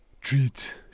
Treat